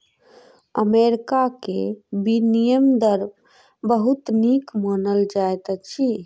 America के विनिमय दर बहुत नीक मानल जाइत अछि